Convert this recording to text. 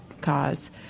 cause